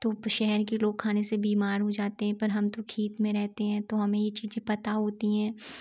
तो शहर के लोग खाने से बीमार हो जाते है पर हम तो खेत में रहते हैं तो हमे यह चीज़ें पता होती हैं